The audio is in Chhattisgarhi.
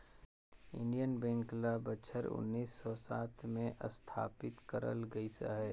इंडियन बेंक ल बछर उन्नीस सव सात में असथापित करल गइस अहे